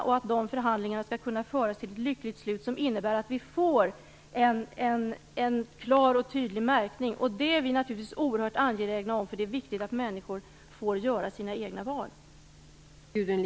Förhandlingarna ser nu ut att kunna föras till ett lyckligt slut som innebär att vi får en klar och tydlig märkning. Det är vi naturligtvis oerhört angelägna om, för det är viktigt att människor får göra sina egna val.